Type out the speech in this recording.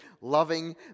loving